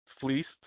fleeced